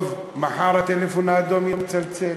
טוב, מחר הטלפון האדום יצלצל.